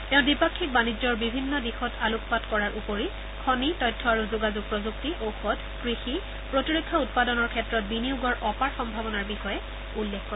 তেওঁ দ্বিপাক্ষিক বাণিজ্যৰ বিভিন্ন দিশত আলোকপাত কৰাৰ উপৰি খনি তথ্য আৰু যোগাযোগ প্ৰযুক্তি ঔষধ কৃষি প্ৰতিৰক্ষা উৎপাদনৰ ক্ষেত্ৰত বিনিয়োগৰ অপাৰ সম্ভাৱনাৰ বিষয়ে উল্লেখ কৰে